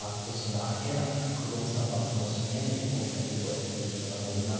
ꯂꯥꯛꯄꯁꯤꯅ ꯍꯦꯟꯅ ꯈꯨꯗꯣꯡꯆꯥꯕ ꯑꯃꯁꯨꯡ ꯍꯦꯟꯅ ꯏꯀꯣ ꯐ꯭ꯔꯦꯟꯂꯤ ꯑꯣꯏꯍꯟꯕꯒꯤ ꯃꯔꯝ ꯑꯣꯏꯗꯨꯅ